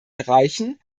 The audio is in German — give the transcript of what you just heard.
erreichen